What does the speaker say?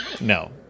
no